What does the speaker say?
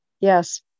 yes